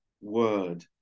word